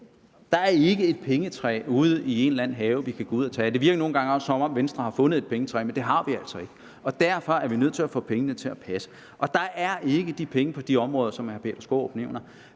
Der er ikke et pengetræ ude i en eller anden have, vi kan gå ud og plukke fra. Det virker nogle gange også, som om Venstre har fundet et pengetræ, men det har vi altså ikke. Derfor er vi nødt til at få pengene til at passe. Der er ikke de penge på de områder, som hr. Peter Skaarup nævner,